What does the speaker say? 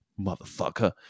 motherfucker